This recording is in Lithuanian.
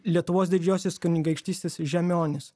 lietuvos didžiosios kunigaikštystės žemionis